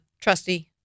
trusty